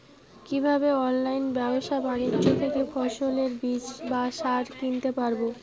কীভাবে অনলাইন ব্যাবসা বাণিজ্য থেকে ফসলের বীজ বা সার কিনতে পারবো?